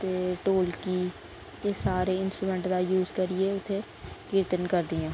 ते ढोलकी एह् सारे इंस्ट्रूमेंट दा यूज करियै इत्थै कीर्तन करदियां